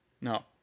No